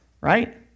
right